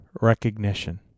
recognition